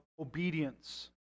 obedience